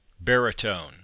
Baritone